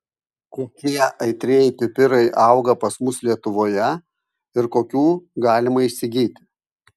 kokie aitrieji pipirai auga pas mus lietuvoje ir kokių galima įsigyti